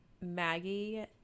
Maggie